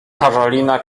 carolina